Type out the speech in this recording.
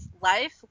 Life